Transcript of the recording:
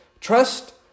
Trust